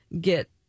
get